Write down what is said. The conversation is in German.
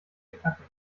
knacken